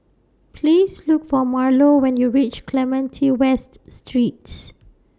Please Look For Marlo when YOU REACH Clementi West Streets